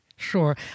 Sure